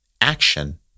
action